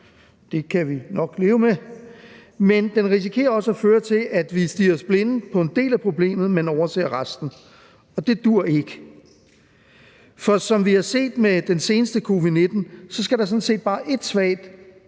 det kan vi nok leve med – men den risikerer også at føre til, at vi stirrer os blinde på en del af problemet, men overser resten, og det duer ikke. For som vi har set med den seneste covid-19-pandemi, skal der sådan set bare et svagt